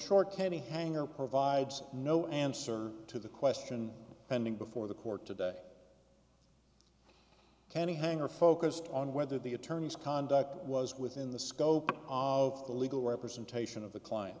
short can a hanger provides no answer to the question pending before the court today can a hanger focused on whether the attorneys conduct was within the scope of the legal representation of the client